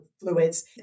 fluids